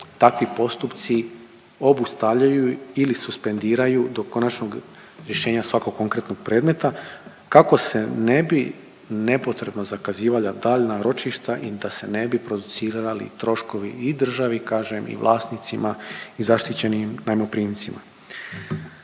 takvi postupci obustavljaju ili suspendiraju do konačnog rješenja svakog konkretnog predmeta kako se ne bi nepotrebno zakazivala daljnja ročišta i da se ne bi producirali troškovi i državi, kažem, i vlasnicima i zaštićenim najmoprimcima.